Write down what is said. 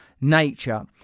nature